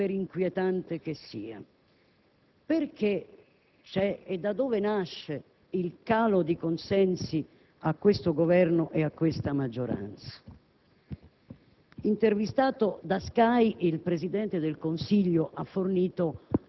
Signor Presidente, colleghi e colleghe, mentre ci accingiamo a varare questa finanziaria, a concludere il primo anno della legislatura e mentre ci attrezziamo al lavoro dei prossimi anni